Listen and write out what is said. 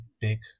big